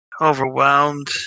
Overwhelmed